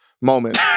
moment